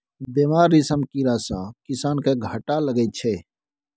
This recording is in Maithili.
बेमार रेशम कीड़ा सँ किसान केँ घाटा लगै छै